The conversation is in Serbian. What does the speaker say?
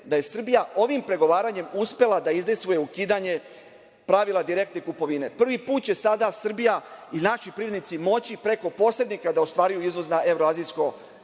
da je Srbija ovim pregovaranjem uspela da izdejstvuje ukidanje pravila direktne kupovine. Prvi put će sada Srbija i naši privrednici moći preko posrednika da ostvaruju izvozna